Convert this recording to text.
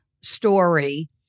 story